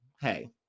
hey